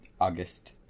August